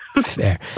Fair